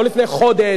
לא לפני חודש,